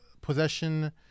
possession